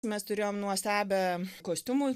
mes turėjom nuostabią kostiumų